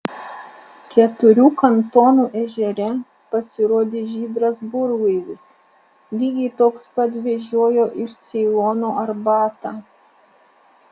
keturių kantonų ežere pasirodė žydras burlaivis lygiai toks pat vežiojo iš ceilono arbatą